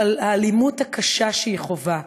על האלימות הקשה שהיא חווה,